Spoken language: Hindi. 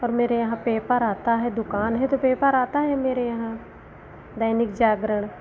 और मेरे यहाँ पेपर आता है दुकान है तो पेपर आता है मेरे यहाँ दैनिक जागरण